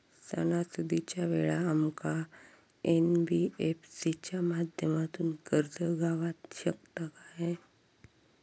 सणासुदीच्या वेळा आमका एन.बी.एफ.सी च्या माध्यमातून कर्ज गावात शकता काय?